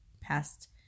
past